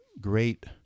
great